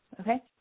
Okay